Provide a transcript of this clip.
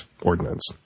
ordinance